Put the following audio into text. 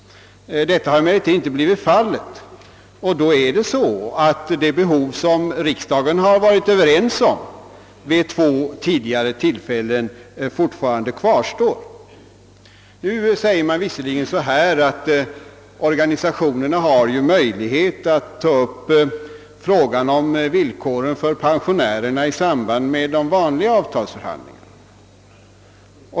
Så har emellertid inte blivit fallet, och då kvarstår det behov som riksdagen vid två tidigare tillfällen ansett föreligga. Nu sägs det visserligen att organisationerna har möjligheter att ta upp frågan om pensionärernas villkor i samband med de vanliga förhandlingarna.